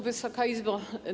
Wysoka Izbo!